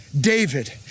david